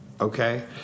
okay